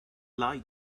like